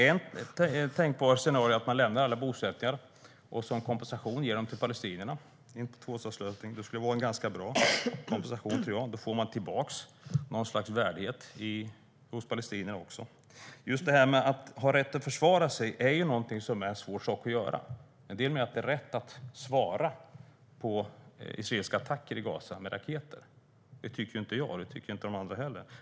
Ett tänkbart scenario är att Israel lämnar alla bosättningar och som kompensation ger dem till palestinierna i en tvåstatslösning. Det skulle vara en ganska bra kompensation, tror jag. Då får man tillbaka något slags värdighet för palestinierna. Just detta att ha rätt att försvara sig är någonting som är svårt att göra. En del menar att det är rätt att svara på israeliska attacker i Gaza med raketer. Det tycker inte jag, och det tycker inte de andra heller.